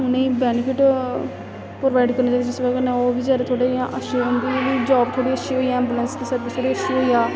उ'नेंगी benefit provide करनी चाहिदी जिस बजह कन्नै ओह् बी थोह्ड़ी अच्छी उं'दी बी जाब थोह्ड़ी अच्छी होई ऐंबुलेंस सर्विस थोड़ी अच्छी होई जा